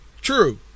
true